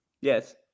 Yes